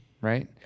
Right